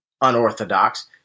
unorthodox